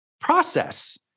process